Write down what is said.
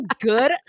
good